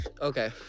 Okay